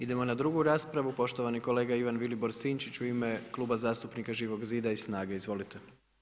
Idemo na drugu raspravu, poštovani kolega Ivan Vilibor Sinčić u ime Kluba zastupnika Živog zida i SNAGA-e, izvolite.